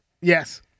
Yes